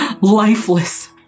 lifeless